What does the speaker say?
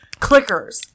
clickers